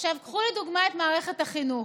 קחו לדוגמה את מערכת החינוך.